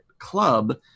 club